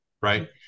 right